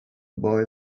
boy